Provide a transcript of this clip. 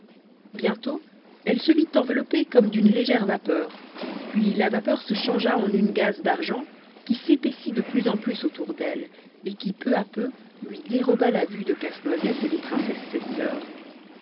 bientôt elle se vit enveloppée comme d'une légère vapeur puis la vapeur se changea en une gaze d'argent qui s'épaissit de plus en plus autour d'elle et qui peu à peu lui déroba la vue de casse-noisette et des princesses ses sœurs